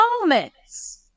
moments